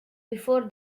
before